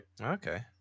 Okay